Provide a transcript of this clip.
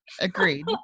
agreed